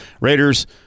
Raiders